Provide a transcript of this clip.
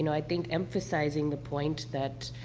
and i think emphasizing the point that,